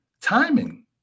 timing